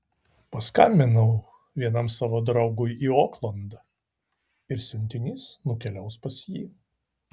paskambinau vienam savo draugui į oklandą ir siuntinys nukeliaus pas jį